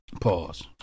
Pause